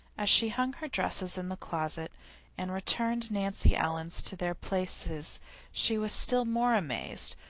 as she hung her dresses in the closet and returned nancy ellen's to their places she was still more amazed,